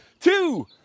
two